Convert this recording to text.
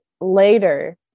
later